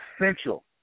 essential